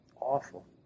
awful